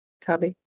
tubby